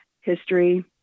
history